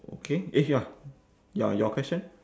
okay eh ya ya your question